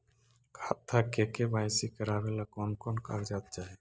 खाता के के.वाई.सी करावेला कौन कौन कागजात चाही?